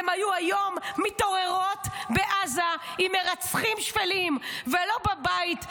הן היו היום מתעוררות בעזה עם מרצחים שפלים ולא בבית,